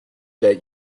that